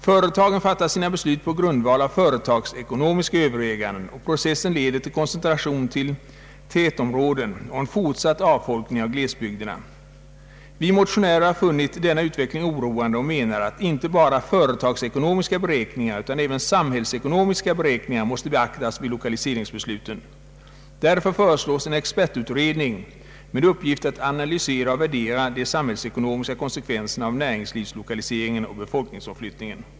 Företagen fattar ofta sina beslut enbart på grundval av företagsekonomiska överväganden, och processen leder till koncentration till tätområdena och en fortsatt avfolkning av glesbygderna. Vi motionärer har funnit denna utveckling oroande och menar att inte bara företagsekonomiska utan också samhällsekonomiska beräkningar måste beaktas vid lokaliseringsbesluten. Därför föreslås en expertutredning med uppgift att analysera och värdera de samhällsekonomiska konsekvenserna av näringslivslokaliseringen och befolkningsomflyttningen.